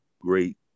great